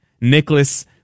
Nicholas